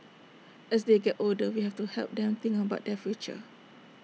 as they get older we have to help them think about their future